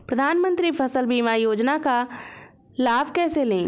प्रधानमंत्री फसल बीमा योजना का लाभ कैसे लें?